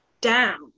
down